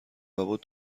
لابد